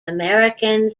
american